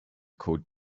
called